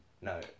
No